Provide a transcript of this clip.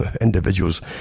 individuals